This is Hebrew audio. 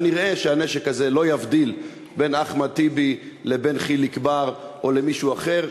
כנראה הנשק הזה לא יבדיל בין אחמד טיבי לבין חיליק בר או למישהו אחר.